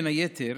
בין היתר,